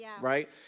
right